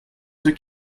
ceux